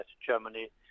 Germany